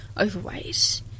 overweight